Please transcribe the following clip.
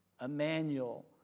Emmanuel